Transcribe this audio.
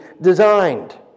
designed